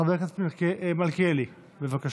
חבר הכנסת מלכיאלי, בבקשה.